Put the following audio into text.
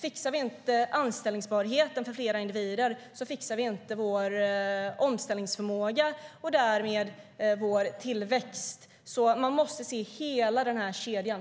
Fixar vi inte anställbarhet för fler individer fixar vi inte heller vår omställningsförmåga och därmed vår tillväxt. Man måste alltså se hela kedjan.